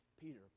Peter